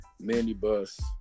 Minibus